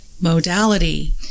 modality